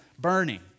burning